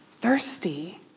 thirsty